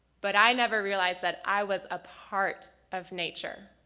but i never realized that i was a part of nature,